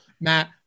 Matt